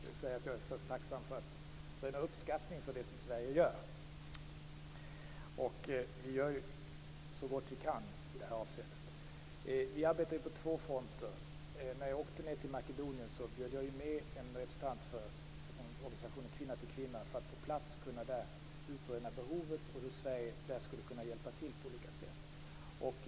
Fru talman! Jag är tacksam för att röna uppskattning för det som Sverige gör. Vi gör så gott vi kan i detta avseende. Vi arbetar på två fronter. När jag åkte ned till Makedonien bjöd jag med en representant från organisationen Kvinna till kvinna för att på plats kunna utröna behovet och hur Sverige där skulle kunna hjälpa till på olika sätt.